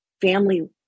family